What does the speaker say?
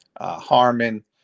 Harmon